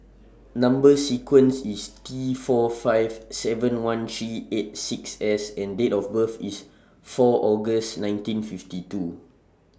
Number sequence IS T four five seven one three eight six S and Date of birth IS four August nineteen fifty two